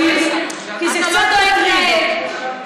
כי זה קצת מטריד,